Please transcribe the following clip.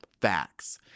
facts